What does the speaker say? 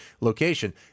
location